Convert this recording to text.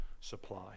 supply